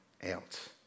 else